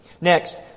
Next